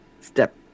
step